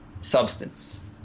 substance